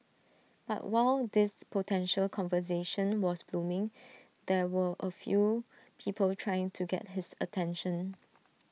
but while this potential conversation was blooming there were A few people trying to get his attention